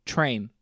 Train